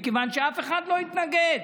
מכיוון שאף אחד לא התנגד.